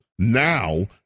Now